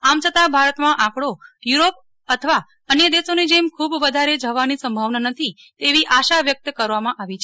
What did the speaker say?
આમ છતાં ભારતમાં આંકડી યુરોપ અથવા અન્ય દેશોની જેમ ખુબ વધારે જવાની સંભાવના નથી તેવી આશા વ્યક્ત કરવામાં આવી છે